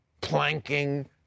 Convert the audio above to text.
planking